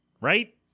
right